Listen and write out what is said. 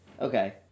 Okay